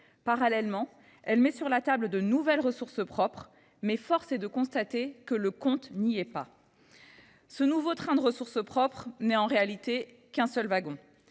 parallèlement, elle met sur la table de nouvelles ressources propres, force est de constater que le compte n’y est pas. Ce nouveau train de ressources propres n’a en réalité qu’un seul wagon